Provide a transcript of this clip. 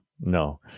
No